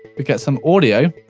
we've got some audio,